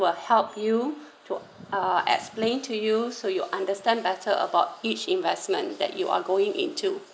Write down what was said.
will help you to uh explain to you so you understand better about each investment that you are going into